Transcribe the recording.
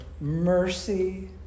mercy